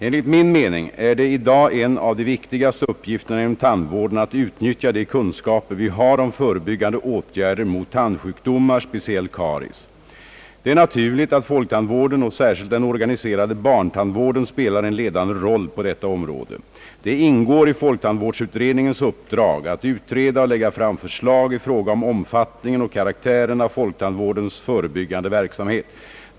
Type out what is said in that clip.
Enligt min mening är det i dag en av de viktigaste uppgifterna inom tandvården att utnyttja de kunskaper vi har om förebyggande åtgärder mot tandsjukdomar, speciellt karies. Det är naturligt att folktandvården och särskilt den organiserade barntandvården spelar en ledande roll på detta område. Det ingår i folktandvårdsutredningens uppdrag att utreda och lägga fram förslag i fråga om omfattningen och karaktären av folktandvårdens förebyggande verksamhet.